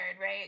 Right